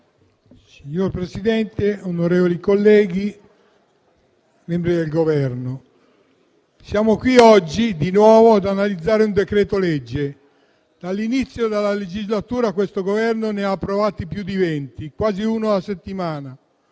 Signor Presidente, onorevoli colleghi, membri del Governo, siamo qui oggi di nuovo ad analizzare un decreto-legge. Dall'inizio della legislatura, questo Governo ne ha approvati più di venti, quasi uno alla settimana: